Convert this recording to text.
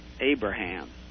Abraham